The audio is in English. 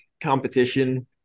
competition